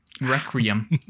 Requiem